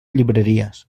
llibreries